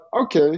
okay